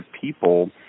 people